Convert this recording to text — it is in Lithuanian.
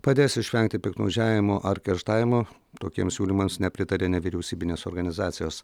padės išvengti piktnaudžiavimo ar kerštavimo tokiems siūlymams nepritaria nevyriausybinės organizacijos